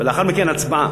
ולאחר מכן הצבעה.